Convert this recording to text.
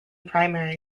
primary